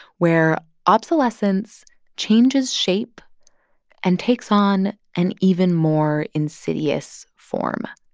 where obsolescence changes shape and takes on an even more insidious form